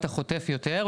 אתה חוטף יותר,